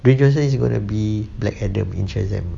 dwayne johnson is gonna be black adam in shazam